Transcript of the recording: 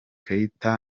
kenyatta